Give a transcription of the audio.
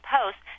Post